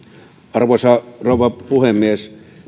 arvoisa rouva puhemies